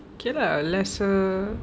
okay lah lesser